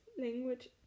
language